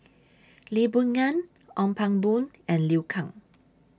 Lee Boon Ngan Ong Pang Boon and Liu Kang